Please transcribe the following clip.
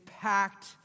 packed